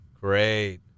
great